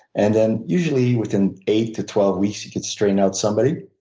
and then usually within eight to twelve weeks you could strain out somebody.